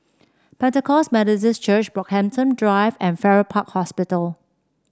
Pentecost Methodist Church Brockhampton Drive and Farrer Park Hospital